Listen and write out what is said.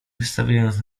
wystawiając